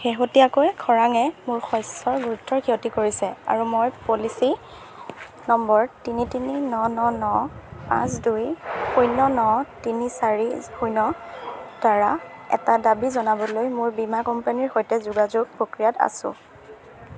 শেহতীয়াকৈ খৰাঙে মোৰ শস্যৰ গুৰুতৰ ক্ষতি কৰিছে আৰু মই পলিচি নম্বৰ তিনি তিনি ন ন ন পাঁচ দুই শূন্য ন তিনি চাৰি শূন্য দ্বাৰা এটা দাবী জনাবলৈ মোৰ বীমা কোম্পানীৰ সৈতে যোগাযোগ প্ৰক্ৰিয়াত আছো